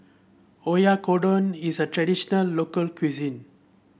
Oyakodon is a traditional local cuisine